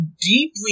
deeply